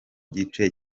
gice